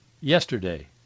yesterday